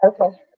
Okay